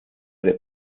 der